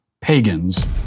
pagans